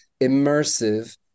immersive